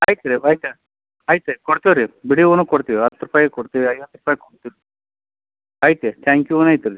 ಐತ್ರಿ ಐತೆ ಐತೆ ಕೊಡ್ತೀವ್ರಿ ಬಿಡಿ ಹೂನು ಕೊಡ್ತೀವಿ ಹತ್ತು ರೂಪಾಯ್ಗೆ ಕೊಡ್ತೀವಿ ಐವತ್ತು ರೂಪಾಯ್ಗೆ ಕೊಡ್ತೀವಿ ಐತೆ